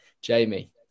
Jamie